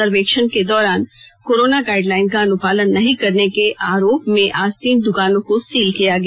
सर्वेक्षण के दौरान कोरोना गाइडलाइन का अनुपालन नहीं करने के आरोप में आज तीन दुकानों को सील किया गया